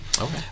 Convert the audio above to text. Okay